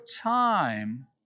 time